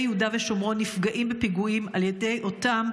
יהודה ושומרון נפגעים בפיגועים על ידי אותם